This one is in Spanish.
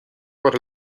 para